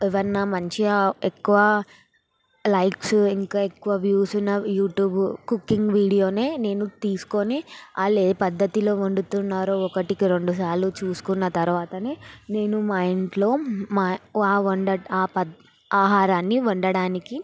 ఎవన్నా మంచిగా ఎక్కువ లైక్స్ ఇంకా ఎక్కువ వ్యూస్ ఉన్న యూట్యూబ్ కుకింగ్ వీడియోనే నేను తీసుకొని వాళ్లే పద్ధతిలో వండుతున్నారో ఒకటికి రెండు సార్లు చూసుకున్న తర్వాతనే నేను మా ఇంట్లో మా వ వండట ఆ పద్ ఆహారాన్ని వండటానికి